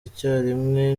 icyarimwe